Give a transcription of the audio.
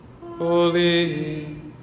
Holy